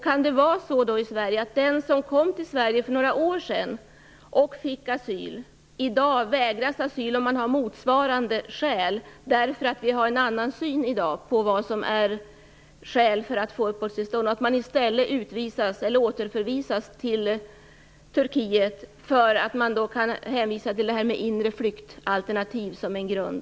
Kan det vara på det sättet att den som för några år sedan kom till Sverige och fick asyl i dag vägras asyl om motsvarande skäl finns, därför att vi i dag har en annan syn på vad som är skäl för att få uppehållstillstånd och att man i stället utvisas/återförvisas till Turkiet med hänvisning till inre flyktalternativet som grund?